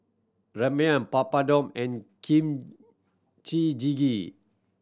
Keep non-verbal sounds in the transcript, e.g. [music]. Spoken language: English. Ramyeon Papadum and Kimchi [unintelligible]